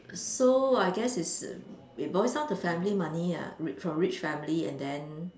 so I guess it's it boils down to family money ah from rich families and then